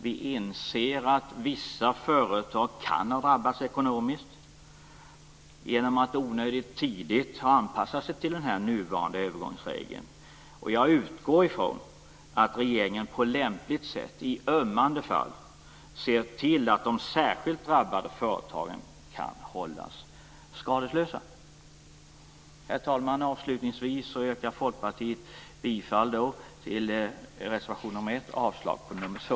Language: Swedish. Vi inser att vissa företag kan ha drabbats ekonomiskt genom att onödigt tidigt ha anpassat sig till den nuvarande övergångsregeln. Jag utgår från att regeringen på lämpligt sätt i ömmande fall ser till att de särskilt drabbade företagen kan hållas skadeslösa. Herr talman! Avslutningsvis yrkar Folkpartiet bifall till reservation nr 1 och avslag på nr 2.